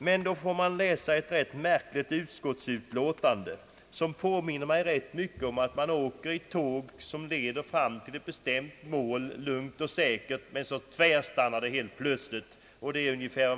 Men då får man läsa ett märkligt utskottsutlåtande. Det påminner mig rätt mycket om att man åker i ett tåg som närmar sig ett bestämt mål lugnt och säkert, men så tvärstannar tåget helt plötsligt.